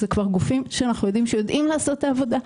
אנחנו יודעים שהגופים האלה יודעים לעשות את העבודה.